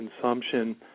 consumption